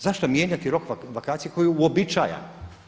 Zašto mijenjati rok vakacije koji je uobičajen?